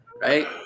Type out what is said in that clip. Right